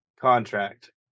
contract